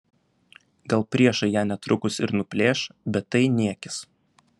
gal priešai ją netrukus ir nuplėš bet tai niekis